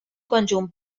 conjunt